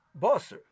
Bosser